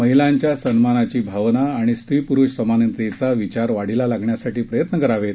महिलांच्या सन्मानाची भावना आणि स्त्री प्रुष समानतेचा विचार वाढीला लागण्यासाठी प्रयत्न करावेत